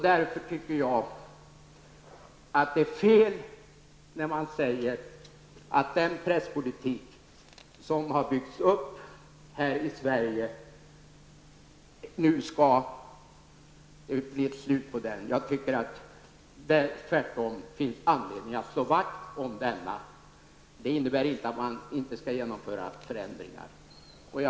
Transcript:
Därför tycker jag att det är fel när man säger att det skall bli ett slut på den presspolitiken som har byggts upp här i Sverige. Jag tycker att det tvärtom finns anledning att slå vakt om den. Det innebär inte att man inte skall göra förändringar.